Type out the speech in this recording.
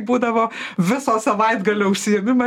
būdavo viso savaitgalio užsiėmimą